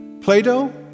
Plato